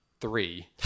three